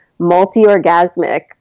Multi-orgasmic